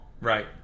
right